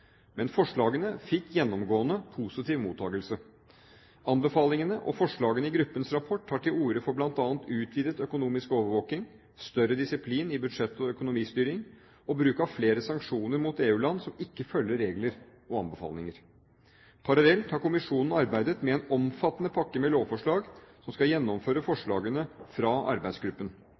men forslagene fikk gjennomgående positiv mottakelse. Anbefalingene og forslagene i gruppens rapport tar til orde for bl.a. utvidet økonomisk overvåking, større disiplin i budsjett- og økonomistyringen og bruk av flere sanksjoner mot EU-land som ikke følger regler og anbefalinger. Parallelt har kommisjonen arbeidet med en omfattende pakke med lovforslag som skal gjennomføre forslagene fra arbeidsgruppen.